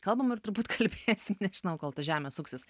kalbam ir turbūt kalbėsim nežinau kol ta žemė suksis